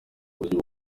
buryo